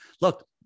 look